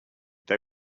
they